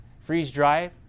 freeze-dry